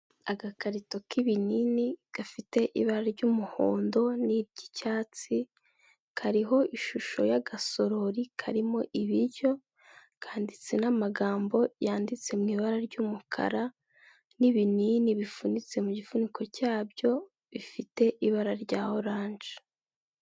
Agakarito k'ibinini gafite ibara ry'umuhondo n'iry'icyatsi, kariho ishusho y'agasorori karimo ibiryo kanditse n'amagambo yanditsew ibara ry'umukara, n'ibinini bifunitse mu gifuniko cyabyo bifite ibara rya orange.